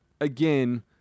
Again